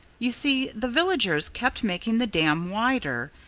you see, the villagers kept making the dam wider.